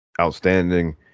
Outstanding